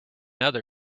other